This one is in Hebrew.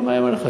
לא מאיים לך,